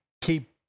keep